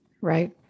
Right